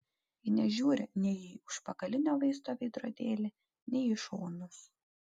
ji nežiūri nei į užpakalinio vaizdo veidrodėlį nei į šonus